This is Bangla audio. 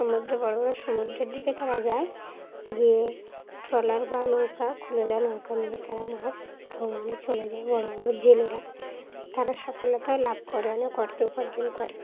সমুদ্রে বড়ো বড়ো সমুদ্রের দিকে তারা যায় গিয়ে ট্রলার বা নৌকা খোলওয়ালা নৌকা নিয়ে তারা মাছ ধরার জন্যে চলে যায় বড়ো বড়ো জেলেরা তারা সফলতাও লাভ করে অনেক অর্থ উপার্জন করে